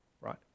right